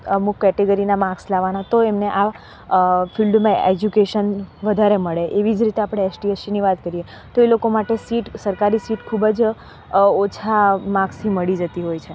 અમુક કેટેગરીના માર્કસ લાવાના તો એમને આ ફિલ્ડમાં એજ્યુકેશન વધારે મળે એવી જ રીતે આપણે એસટી એસીની વાત કરીએ તો એ લોકો માટે સીટ સરકારી સીટ ખૂબ જ ઓછા માર્ક્સથી મળી જતી હોય છે